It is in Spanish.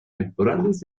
temporales